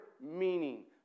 meaning